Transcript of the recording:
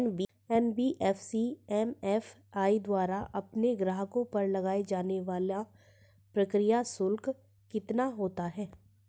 NBFC MFI द्वारा अपने ग्राहकों पर लगाए जाने वाला प्रक्रिया शुल्क कितना होता है?